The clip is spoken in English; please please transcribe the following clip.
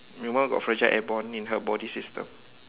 your mom got fragile airborne in her body system